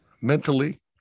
Mentally